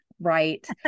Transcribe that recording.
right